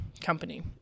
company